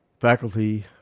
Faculty